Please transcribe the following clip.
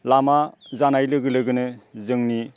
लामा जानाय लोगो लोगोनो जोंनि